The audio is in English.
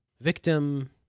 victim